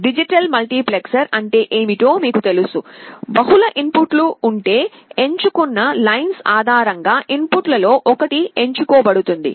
digital multiplexer అంటే ఏమిటో మీకు తెలుసు బహుళ ఇన్పుట్లు ఉంటే ఎంచుకున్న లైన్స్ ఆధారం గా ఇన్పుట్ లలో ఒకటి ఎంచుకోబడుతుంది